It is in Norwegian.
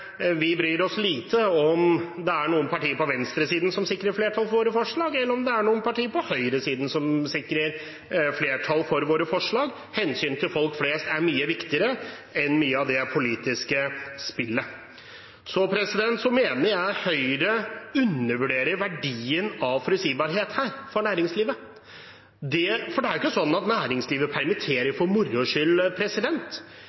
bryr oss lite om det er noen partier på venstresiden som sikrer flertall for våre forslag, eller om det er noen partier på høyresiden som sikrer flertall for våre forslag. Hensynet til folk flest er mye viktigere enn mye av det politiske spillet. Jeg mener Høyre her undervurderer verdien av forutsigbarhet for næringslivet. Det er ikke sånn at næringslivet permitterer